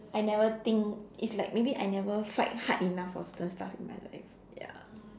I never think it's like maybe I never fight hard enough for certain stuff in my life ya